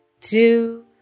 two